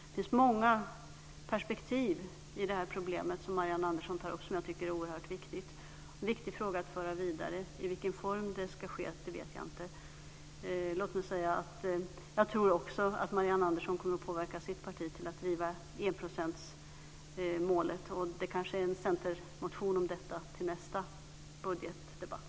Det finns många perspektiv i det här problemet som Marianne Andersson tar upp och som jag tycker är oerhört viktigt. Det är en viktig fråga att föra vidare. I vilken form det ska ske vet jag inte. Låt mig säga att jag också tror att Marianne Andersson kommer att påverka sitt parti till att driva enprocentsmålet. Det kanske finns en centermotion om detta till nästa budgetdebatt.